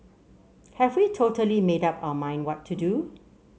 have we totally made up our mind what to do